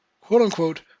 quote-unquote